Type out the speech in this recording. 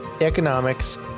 economics